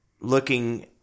Looking